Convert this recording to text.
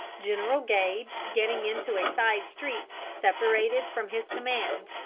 general gage, getting into a side street, separated from his command,